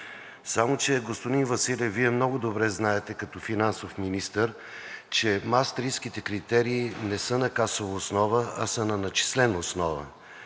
само че Вие много добре знаете като финансов министър, че Маастрихтските критерии не са на касова основа, а на начислена основа.